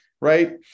right